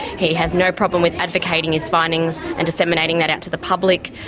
he has no problem with advocating his findings and disseminating that out to the public,